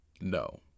No